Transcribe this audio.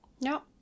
No